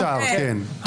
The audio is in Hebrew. אפשר, כן, תודה.